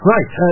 Right